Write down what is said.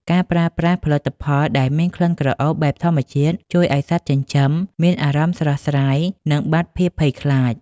ការប្រើប្រាស់ផលិតផលដែលមានក្លិនក្រអូបបែបធម្មជាតិ ជួយឱ្យសត្វចិញ្ចឹមមានអារម្មណ៍ស្រស់ស្រាយ និងបាត់ភាពភ័យខ្លាច។